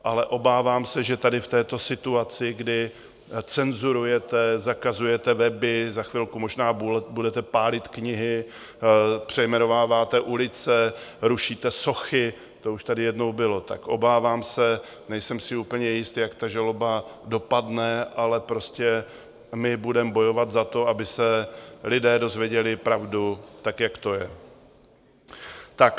Ale obávám se, že tady v této situaci, kdy cenzurujete, zakazujete weby, za chvilku budete možná pálit knihy, přejmenováváte ulice, rušíte sochy to už tady jednou bylo tak se obávám, nejsem si úplně jist, jak ta žaloba dopadne, ale prostě my budeme bojovat za to, aby se lidé dozvěděli pravdu tak, jak to je.